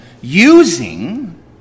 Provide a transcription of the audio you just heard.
using